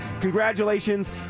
congratulations